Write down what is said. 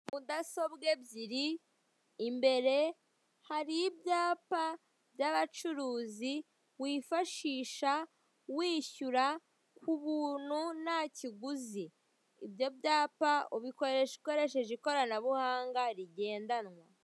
Mudasobwa ebyiri imbere hari ibyapa by'abacuruzi wifashisha wishyura k'ubuntu nta kiguzi. Ibyo byapa ubikoresha ukoresheje ikoranabuhanga rigendanwa.